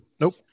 Nope